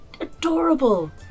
adorable